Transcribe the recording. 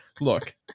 Look